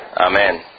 Amen